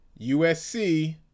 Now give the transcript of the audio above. USC